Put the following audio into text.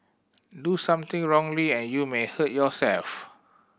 do something wrongly and you may hurt yourself